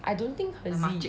I don't think hirzi